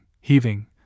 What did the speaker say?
heaving